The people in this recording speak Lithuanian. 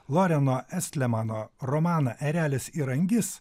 loreno estlemano romaną erelis ir angis